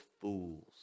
fools